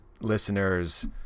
listeners